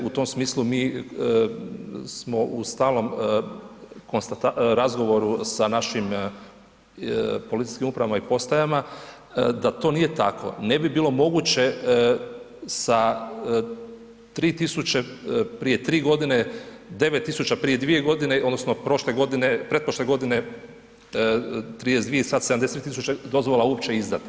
U tom smislu smo u stalnom razgovoru sa našim policijskim upravama i postajama, da to nije tako ne bi bilo moguće sa 3.000 prije 3 godine, 9.000 prije 2 godine odnosno prošle godine, pretprošle godine 32 sad 72.000 dozvola uopće izdati.